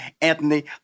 Anthony